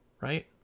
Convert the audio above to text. Right